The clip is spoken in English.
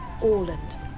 Orland